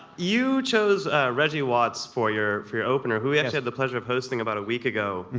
you chose reggie watts for your for your opener, who we actually had the pleasure of hosting about a week ago.